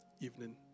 evening